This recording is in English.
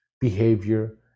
behavior